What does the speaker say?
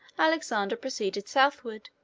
alexander proceeded southward,